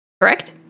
Correct